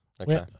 Okay